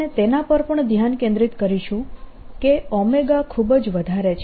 આપણે તેના પર પણ ધ્યાન કેન્દ્રિત કરીશું કે ખૂબ જ વધારે છે